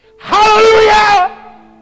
hallelujah